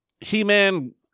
he-man